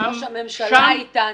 ראש הממשלה אתנו.